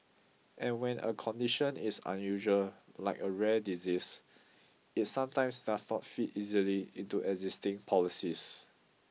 and when a condition is unusual like a rare disease it sometimes does not fit easily into existing policies